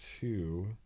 Two